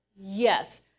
Yes